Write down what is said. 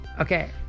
Okay